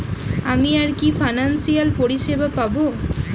আমি আর কি কি ফিনান্সসিয়াল পরিষেবা পাব?